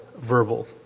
verbal